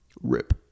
Rip